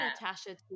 Natasha